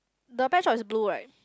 the patch up is blue right